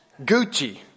Gucci